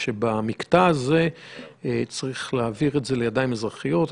במקטע הזה צריך להעביר את זה לידיים אזרחיות.